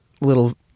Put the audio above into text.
little